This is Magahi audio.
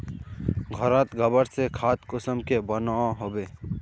घोरोत गबर से खाद कुंसम के बनो होबे?